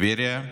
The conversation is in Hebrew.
טבריה,